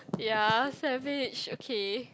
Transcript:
ya savage okay